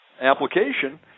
application